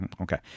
okay